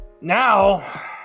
Now